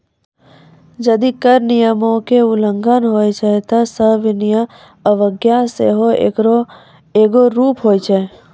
जदि कर नियमो के उल्लंघन होय छै त सविनय अवज्ञा सेहो एकरो एगो रूप होय छै